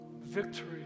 victory